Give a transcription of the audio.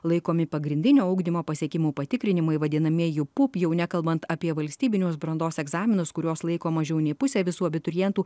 laikomi pagrindinio ugdymo pasiekimų patikrinimai vadinamieji pup jau nekalbant apie valstybinius brandos egzaminus kuriuos laiko mažiau nei pusė visų abiturientų